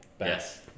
Yes